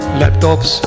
laptops